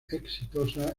exitosa